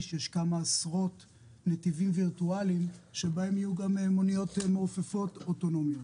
יש כמה עשרות נתיבים וירטואליים שבהם יהיו גם מוניות מעופפות אוטונומיות.